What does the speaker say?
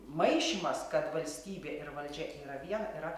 maišymas kad valstybė ir valdžia yra viena yra